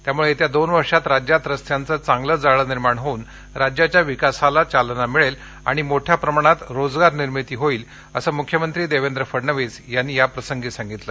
त्यामुळे येत्या दोन वर्षात राज्यात रस्त्यांचे चांगले जाळे निर्माण होऊन राज्याच्या विकासाला चालना मिळेल आणि मोठ्या प्रमाणात रोजगार निर्मिती असं मुख्यमंत्री देवेंद्र फडणवीस यांनी याप्रसंगी सांगितल